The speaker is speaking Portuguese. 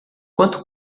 quanto